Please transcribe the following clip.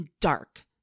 dark